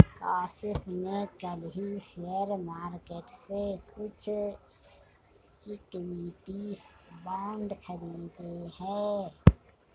काशिफ़ ने कल ही शेयर मार्केट से कुछ इक्विटी बांड खरीदे है